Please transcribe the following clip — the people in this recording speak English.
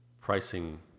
Pricing